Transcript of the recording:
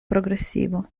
progressivo